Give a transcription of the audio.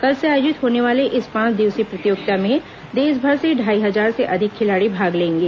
कल से आयोजित होने वाले इस पांच दिवसीय प्रतियोगिता में देशभर से ढ़ाई हजार से अधिक खिलाड़ी भाग लेंगे